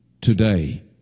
today